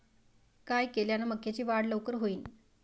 काय केल्यान मक्याची वाढ लवकर होईन?